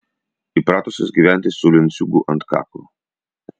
įpratusios gyventi su lenciūgu ant kaklo